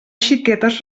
xiquetes